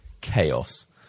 chaos